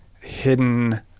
hidden